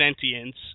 sentience